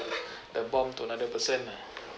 the bomb to another person lah